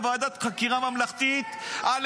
בוועדת חקירה ממלכתית -- מה עם הזכויות של ראש